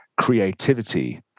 creativity